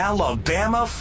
Alabama